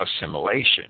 assimilation